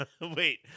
Wait